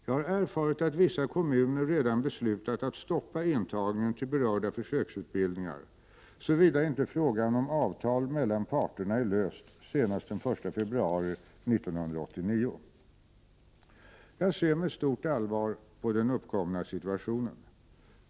Jag har erfarit att vissa kommuner redan beslutat att stoppa intagningen till berörda försöksutbildningar såvida inte frågan om avtal mellan parterna är löst senast den 1 februari 1989. Jag ser med stort allvar på den uppkomna situationen.